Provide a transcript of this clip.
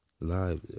live